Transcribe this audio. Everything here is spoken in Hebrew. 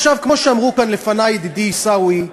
כמו שאמרו כאן לפני, ידידי עיסאווי,